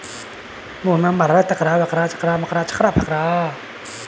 चाउर अउर गहुँम भारत मे सबसे बेसी उगाएल जाए वाला अनाज छै